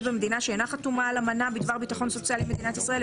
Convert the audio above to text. במדינה שאינה חתומה על אמנה בדבר ביטחון סוציאלי עם מדינת ישראל,